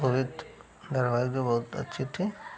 वह भी तो धारावाहिक भी बहुत अच्छी थी